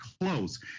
close